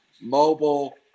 mobile